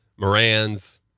Morans